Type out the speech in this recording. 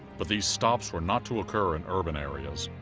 but these stops were not to occur in urban areas.